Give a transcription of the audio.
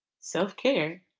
self-care